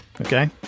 okay